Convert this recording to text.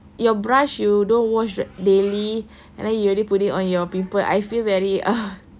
your brush you don't wash ri~ daily and then you already put it on your pimple I feel very ugh